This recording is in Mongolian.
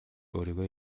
өөрийгөө